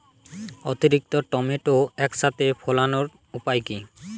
অতিরিক্ত টমেটো একসাথে ফলানোর উপায় কী?